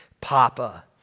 Papa